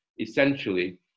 essentially